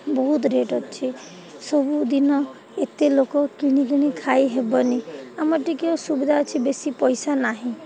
ବହୁତ ରେଟ୍ ଅଛି ସବୁଦିନ ଏତେ ଲୋକ କିଣି କିଣି ଖାଇ ହେବନି ଆମର ଟିକିଏ ଅସୁବିଧା ଅଛି ବେଶୀ ପଇସା ନାହିଁ